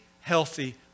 healthy